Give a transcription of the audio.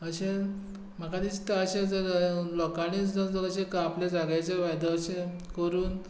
अशें म्हाका दिसता अशें जर लोकांनी आपल्या जाग्याचेर अशे करून